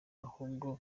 ahubwo